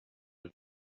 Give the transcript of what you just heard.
live